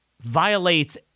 Violates